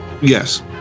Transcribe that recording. Yes